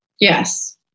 Yes